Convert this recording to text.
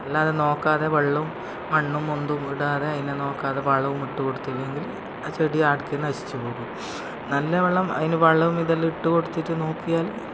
അല്ലാതെ നോക്കാതെ വെള്ളോം മണ്ണും ഒന്നും ഇടതെ അതിനെ നോക്കാതെ വളവും ഇട്ട് കൊടുത്തില്ലങ്കിൽ ആ ചെടി ആടക്കെ നശിച്ച് പോകും നല്ല വണ്ണം അതിന് വളോം ഇതെല്ലം ഇട്ട് കൊടുത്തിട്ട് നോക്കിയാൽ